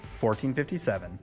1457